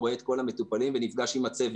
אני רואה את כל המטופלים ונפגש עם הצוות.